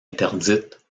interdites